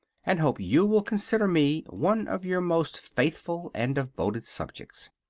and hope you will consider me one of your most faithful and devoted subjects.